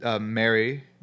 Mary